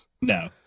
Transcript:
No